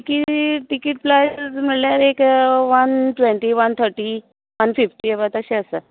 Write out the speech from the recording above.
मागीर टिकिट प्रायस म्हटल्यार एक वान ट्वेंन्टी वान थटी वान फिफ्टी तशें आसा